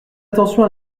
attention